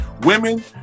Women